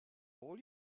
all